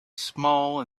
small